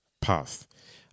path